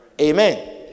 Amen